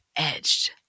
edged